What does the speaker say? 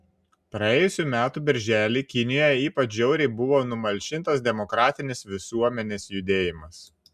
praėjusių metų birželį kinijoje ypač žiauriai buvo numalšintas demokratinis visuomenės judėjimas